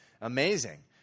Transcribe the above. Amazing